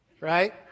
right